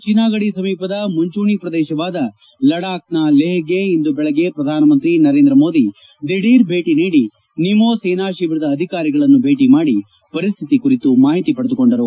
ಚೀನಾಗಡಿ ಸಮೀಪದ ಮುಂಚೂಣಿ ಶ್ರದೇಶವಾದ ಲದ್ದಾಖ್ನ ಲೇಪ್ಗೆ ಇಂದು ಬೆಳಗ್ಗೆ ಶ್ರಧಾನಮಂತ್ರಿ ನರೇಂದ್ರಮೋದಿ ದಿಢೀರ್ ಭೇಟಿನೀಡಿ ನಿಮೂ ಸೇನಾ ಶಿಬಿರದ ಅಧಿಕಾರಿಗಳನ್ನು ಭೇಟಿಮಾಡಿ ಪರಿಸ್ನಿತಿ ಕುರಿತು ಮಾಹಿತಿ ಪಡೆದುಕೊಂಡರು